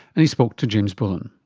and he spoke to james bullen.